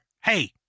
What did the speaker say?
hey